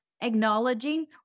acknowledging